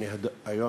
היום,